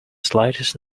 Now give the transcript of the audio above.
slightest